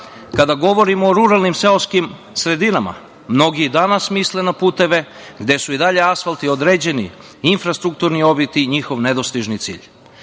kada govorimo o ruralnim seoskim sredinama mnogi i danas misle na puteve gde su i dalje asfalti određeni infrastrukturni objekti i njihov nedostižni cilj.S